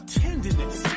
tenderness